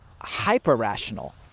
hyper-rational